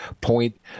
point